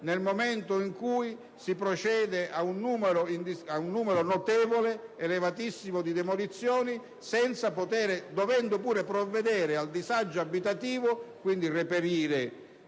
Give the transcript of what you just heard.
nel momento in cui si procede a un numero elevatissimo di demolizioni, dovendo pure provvedere al disagio abitativo e, quindi, a reperire